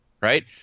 Right